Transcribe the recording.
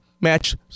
match